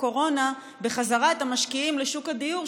הקורונה בחזרה את המשקיעים לשוק הדיור,